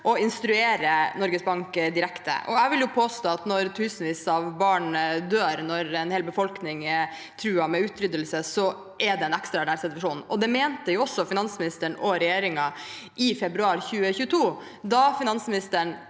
å instruere Norges Bank direkte. Jeg vil påstå at når tusenvis av barn dør og en hel befolkning er truet av utryddelse, så er det en ekstraordinær situasjon. Det mente også finansministeren og regjeringen i februar 2022. Da sendte finansministeren